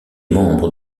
membre